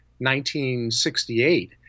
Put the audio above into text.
1968